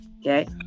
okay